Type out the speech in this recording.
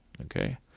Okay